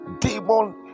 demon